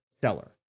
seller